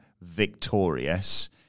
victorious